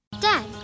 Dad